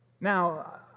Now